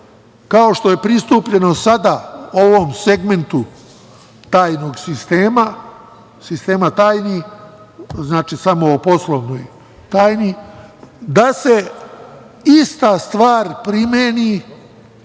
kao što je pristupljeno sada ovom segmentu sistema tajni, znači, samo o poslovnoj tajni, da se ista stvar primeni,